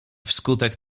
wskutek